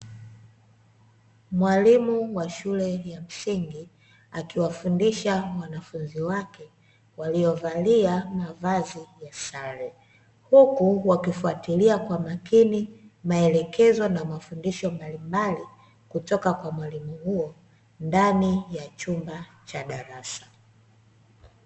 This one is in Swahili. Mwalimu wa shule ya msingi akiwafundisha wanafunzi wake waliovalia mavazi ya sare huku wakifuatilia kwa makini maelekezo na mafundisho mbalimbali kutoka kwa mwalimu huyo ndani ya chumba cha darasa.